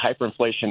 hyperinflation